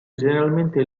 generalmente